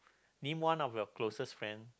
name one of your closest friend